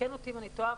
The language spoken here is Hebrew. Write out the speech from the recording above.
ותתקן אותי אם אני טועה,